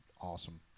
awesome